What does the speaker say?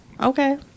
Okay